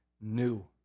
new